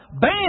BAM